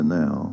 now